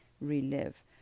relive